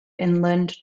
inland